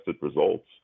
results